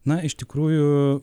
na iš tikrųjų